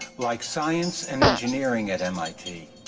like science and engineering at mit,